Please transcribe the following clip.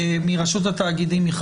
המרכזית, כבוד השופט יצחק עמית.